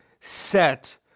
set